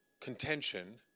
contention